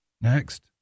Next